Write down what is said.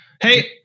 Hey